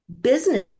business